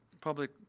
Public